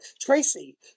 Tracy